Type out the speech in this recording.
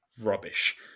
rubbish